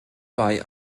bei